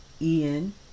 Ian